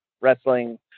wrestling